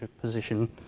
position